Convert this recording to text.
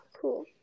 Cool